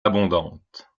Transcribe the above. abondantes